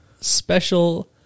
special